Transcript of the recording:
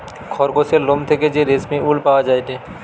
খরগোসের লোম থেকে যে রেশমি উল পাওয়া যায়টে